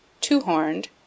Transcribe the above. two-horned